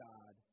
God